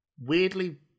weirdly